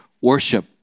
worship